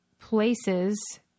places